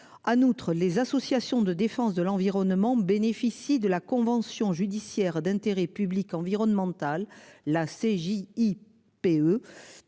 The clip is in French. Outre les associations de défense de l'environnement bénéficient de la convention judiciaire d'intérêt public environnementale la CEJ